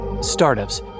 Startups